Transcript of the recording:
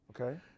Okay